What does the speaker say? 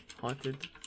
Haunted